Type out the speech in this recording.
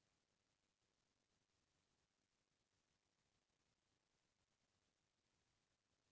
किसान मन दूद बर किसानी बूता बर पसु पालन करथे